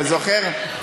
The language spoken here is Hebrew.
אתה זוכר?